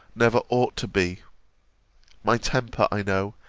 never ought to be my temper, i know,